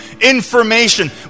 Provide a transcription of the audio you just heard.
information